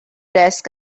desk